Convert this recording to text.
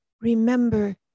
remember